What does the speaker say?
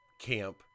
camp